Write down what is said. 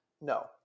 No